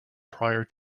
prior